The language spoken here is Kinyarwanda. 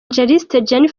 jennifer